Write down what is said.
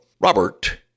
Robert